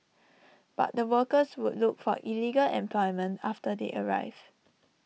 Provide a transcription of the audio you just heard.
but the workers would look for illegal employment after they arrive